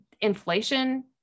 inflation